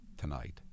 tonight